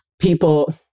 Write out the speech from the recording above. people